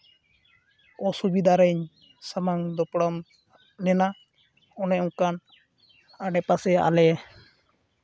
ᱚᱥᱩᱵᱤᱫᱟᱨᱮᱧ ᱥᱟᱢᱟᱝ ᱫᱟᱯᱨᱟᱢ ᱞᱮᱱᱟ ᱚᱱᱮ ᱚᱱᱠᱟᱱ ᱟᱰᱮᱯᱟᱥᱮ ᱟᱞᱮ